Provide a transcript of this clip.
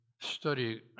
study